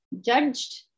judged